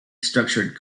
structured